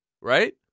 right